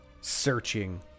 searching